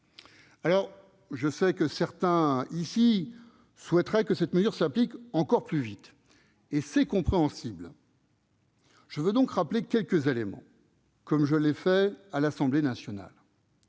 2022. Je sais que certains souhaiteraient que cette mesure s'applique encore plus vite, et c'est compréhensible. Je veux donc rappeler quelques éléments, comme je l'ai fait à l'Assemblée nationale.